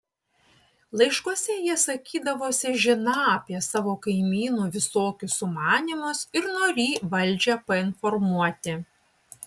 laiškuose jie sakydavosi žiną apie savo kaimynų visokius sumanymus ir norį valdžią painformuoti